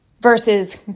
versus